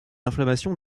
inflammation